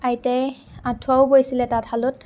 আইতাই আঁঠুৱাও বৈছিলে তাঁতশালত